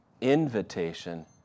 invitation